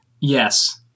yes